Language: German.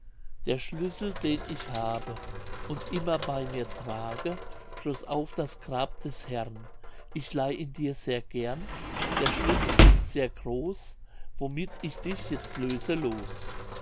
der schlüssel den ich habe und immer bei mir trage schloß auf das grab des herrn ich leih ihn dir sehr gern der schlüssel ist sehr groß womit ich dich jetzt löse los